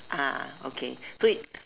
ah okay so it